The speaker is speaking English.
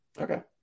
Okay